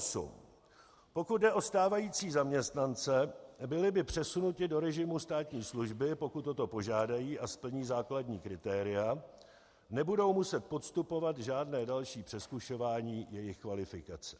4.8 Pokud jde o stávající zaměstnance, byli by přesunuti do režimu státní služby, pokud o to požádají a splní základní kritéria, nebudou muset podstupovat žádné další přezkušování jejich kvalifikace.